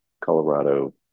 Colorado